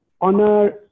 honor